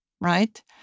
right